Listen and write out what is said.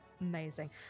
Amazing